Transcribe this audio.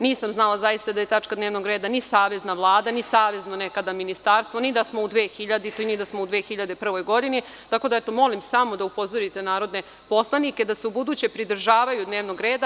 Nisam znala zaista da je tačka dnevnog reda ni Savezna vlada, ni nekada savezno ministarstvo, ni da smo u 2002. godini, ni da smo u 2001. godini, tako da molim samo da upozorite narodne poslanike da se ubuduće pridržavaju dnevnog reda.